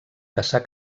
caçar